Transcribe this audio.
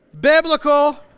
Biblical